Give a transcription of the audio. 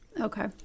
Okay